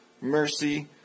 mercy